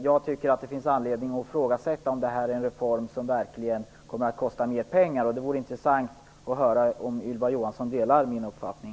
Jag tycker att det finns anledning att ifrågasätta om den här reformen verkligen skulle kosta mera, och det vore intressant att höra om Ylva Johansson delar min uppfattning.